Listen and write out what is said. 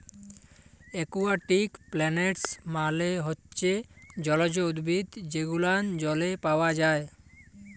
aquatic plants মালে হচ্যে জলজ উদ্ভিদ যে গুলান জলে পাওয়া যায়